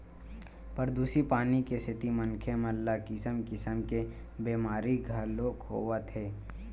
परदूसित पानी के सेती मनखे मन ल किसम किसम के बेमारी घलोक होवत हे